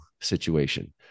situation